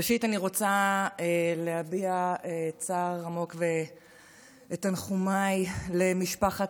ראשית אני רוצה להביע צער עמוק ואת תנחומיי למשפחת